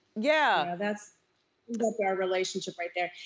yeah that's that's our relationship right there.